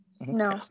No